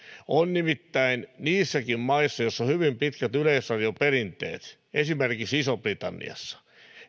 nimittäin niissäkin maissa joissa on hyvin pitkät yleisradioperinteet esimerkiksi isossa britanniassa